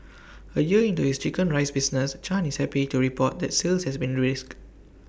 A year into his Chicken Rice business chan is happy to report that sales has been brisk